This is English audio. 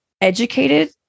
educated